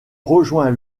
rejoint